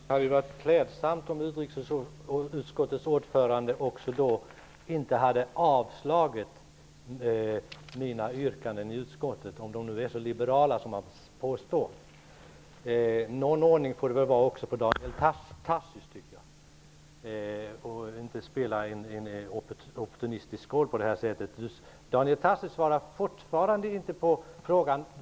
Herr talman! Det hade varit klädsamt om utrikesutskottets ordförande inte hade avstyrkt mina yrkanden i utskottet, om de nu är så liberala som han påstår. Jag tycker att det väl får vara någon ordning också på Daniel Tarschys. Han bör inte spela en så opportunistisk roll. Daniel Tarschys svarar fortfarande inte på min fråga.